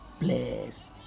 bless